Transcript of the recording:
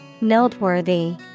Noteworthy